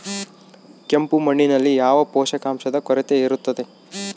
ಕೆಂಪು ಮಣ್ಣಿನಲ್ಲಿ ಯಾವ ಪೋಷಕಾಂಶದ ಕೊರತೆ ಇರುತ್ತದೆ?